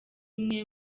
umwe